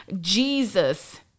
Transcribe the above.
Jesus